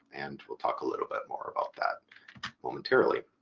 and we'll talk a little bit more about that momentarily.